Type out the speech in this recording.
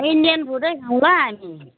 Indian फुडै खाउँ ल हामी